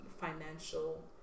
financial